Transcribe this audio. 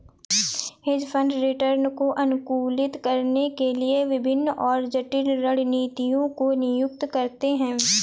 hedge fund return को अनुकूलित करने के लिए विभिन्न और जटिल रणनीतियों को नियुक्त करते हैं